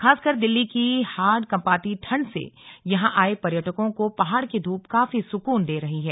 खासकर दिल्ली की हाड़ कंपाती ठंड से यहां आये पर्यटकों को पहाड़ की धूप काफी सकून दे रही है